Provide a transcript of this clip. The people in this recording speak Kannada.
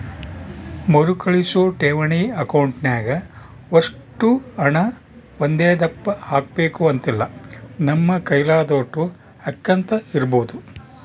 ಮರುಕಳಿಸೋ ಠೇವಣಿ ಅಕೌಂಟ್ನಾಗ ಒಷ್ಟು ಹಣ ಒಂದೇದಪ್ಪ ಹಾಕ್ಬಕು ಅಂತಿಲ್ಲ, ನಮ್ ಕೈಲಾದೋಟು ಹಾಕ್ಯಂತ ಇರ್ಬೋದು